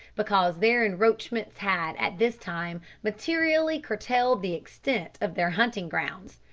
because their encroachments had at this time materially curtailed the extent of their hunting grounds,